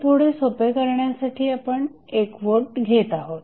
हे थोडे सोपे करण्यासाठी आपण 1 व्होल्ट घेत आहोत